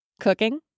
cooking